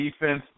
defense